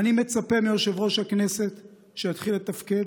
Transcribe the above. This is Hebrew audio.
אני מצפה מיושב-ראש הכנסת שיתחיל לתפקד.